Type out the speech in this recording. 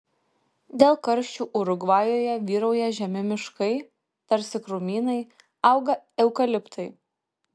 dėl karščių urugvajuje vyrauja žemi miškai tarsi krūmynai auga eukaliptai